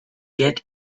get